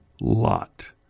Lot